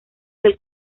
del